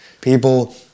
People